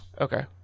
Okay